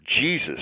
Jesus